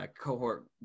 cohort